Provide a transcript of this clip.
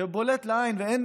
שבולט לעין ואין